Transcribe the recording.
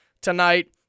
tonight